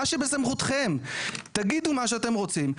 מה שבסמכותכם תגידו מה שאתם רוצים,